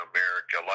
America